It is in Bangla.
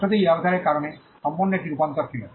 স্পষ্টতই এটি ব্যবসায়ের কারণে সম্পন্ন একটি রূপান্তর ছিল